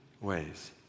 ways